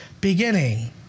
beginning